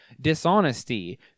dishonesty